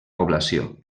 població